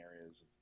areas